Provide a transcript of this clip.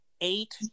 Eight